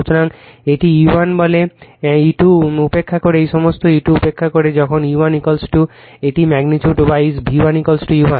সুতরাং এটিকে E1 বলে E2 উপেক্ষা করে এই সমস্ত E2 উপেক্ষা করে যখন E1 এটি ম্যাগনিটিউড ওয়াইজ V1 E1